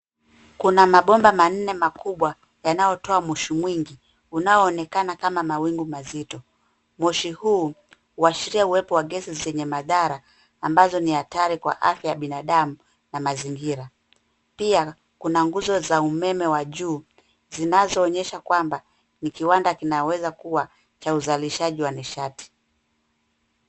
Kuna mabomba manne makubwa yanayotoa moshi mwingi, unaoonekana kama mawingu mazito. Moshi huu unaashiria uwepo wa gesi zenye madhara, ambazo ni hatari kwa afya ya binadamu na mazingira. Pia, kuna nguzo za umeme juu, zinazoonyesha kwamba kiwanda hiki kinaweza kuwa cha uzalishaji wa nishati.